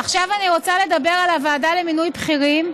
עכשיו אני רוצה לדבר על הוועדה למינוי בכירים,